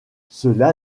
cela